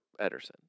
Ederson